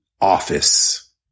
office